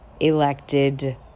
elected